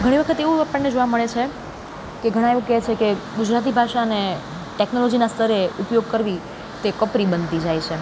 ઘણી વખત તેવું આપણને જોવા મળે છે કે ઘણા એવું કહે છે કે ગુજરાતી ભાષાને ટેકનોલોજીના સ્તરે ઉપયોગ કરવી તે કપરી બનતી જાય છે